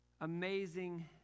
amazing